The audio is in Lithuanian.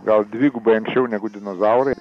gal dvigubai anksčiau negu dinozaurai